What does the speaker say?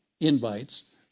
invites